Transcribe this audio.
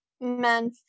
men